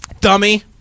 Dummy